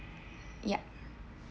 ya